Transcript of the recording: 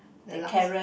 the laksa